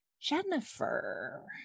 jennifer